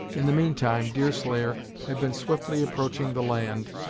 in the meantime deerslayer had been swiftly approaching the land,